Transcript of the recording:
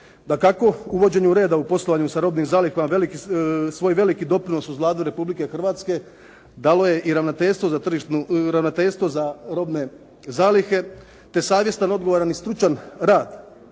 Dakako, uvođenje reda u poslovanju sa robnim zalihama svoj veliki doprinos od Vlade Republike Hrvatske dalo je i Ravnateljstvo za robne zalihe te savjestan, odgovoran i stručan rad